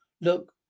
Look